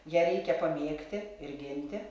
ją reikia pamėgti ir ginti